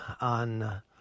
on